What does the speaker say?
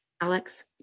Alex